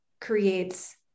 creates